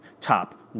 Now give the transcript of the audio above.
top